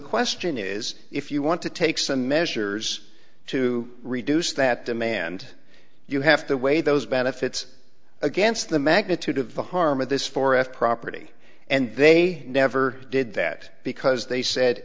question is if you want to take some measures to reduce that demand you have to weigh those benefits against the magnitude of the harm of this forest property and they never did that because they said